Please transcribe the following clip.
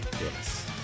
Yes